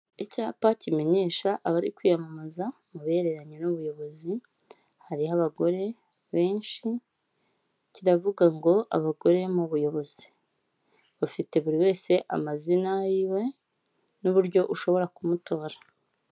Icyapa kimenyesha abari kwiyamamaza mu bihereranye n'ubuyobozi, hariho abagore benshi kiravuga ngo abagore mu buyobozi, bafite buri wese amazina yiwe n'uburyo ushobora kumutora.